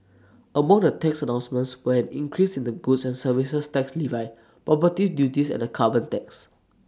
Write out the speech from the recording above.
among the tax announcements were an increase in the goods and services tax levy property duties and A carbon tax